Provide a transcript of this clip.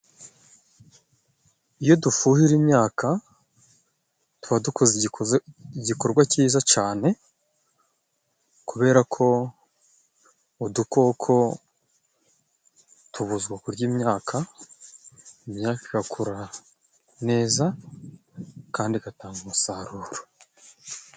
iyo dufuhira imyaka tuba dukoze igikorwa cyiza cyane, kubera ko udukoko tubuzwa kurya imyaka. Imyaka irakura neza kandi igatanga umusaruro.